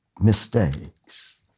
mistakes